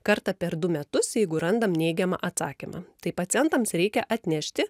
kartą per du metus jeigu randam neigiamą atsakymą tai pacientams reikia atnešti